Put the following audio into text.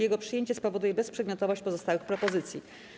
Jego przyjęcie spowoduje bezprzedmiotowość pozostałych propozycji.